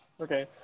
Okay